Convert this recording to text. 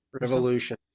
Revolution